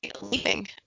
leaving